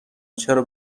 چرا